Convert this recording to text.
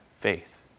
faith